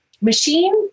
machine